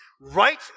right